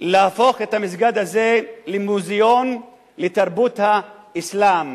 להפוך את המסגד הזה למוזיאון לתרבות האסלאם,